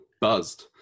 buzzed